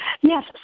Yes